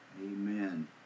Amen